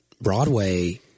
Broadway –